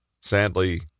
Sadly